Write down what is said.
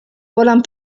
volen